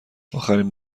آخرین